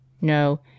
No